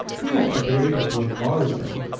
he ought to be able to advise them.